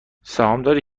سهامداری